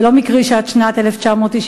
זה לא מקרי שעד שנת 1999,